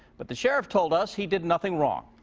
but the sheriff told us. he did nothing wrong.